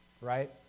right